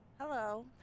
hello